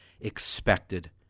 expected